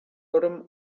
urim